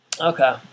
Okay